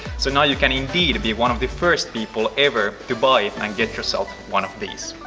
so now you can, indeed, be one of the first people ever to buy and get yourself one of these!